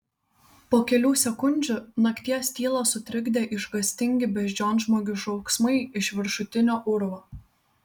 po kelių sekundžių nakties tylą sutrikdė išgąstingi beždžionžmogių šauksmai iš viršutinio urvo